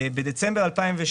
בדצמבר 2019